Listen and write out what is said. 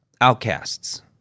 outcasts